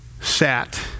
sat